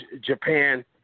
Japan